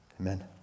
Amen